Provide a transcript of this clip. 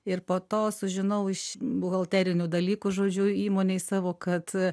ir po to sužinau iš buhalterinių dalykų žodžiu įmonėj savo kad